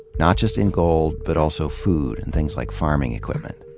not just in gold, but also food and things like farming equipment.